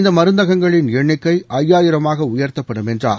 இந்த மருந்தகங்களின் எண்ணிக்கை ஐயாயிரமாக உயர்த்தப்படும் என்றார்